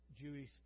Jewish